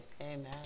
Amen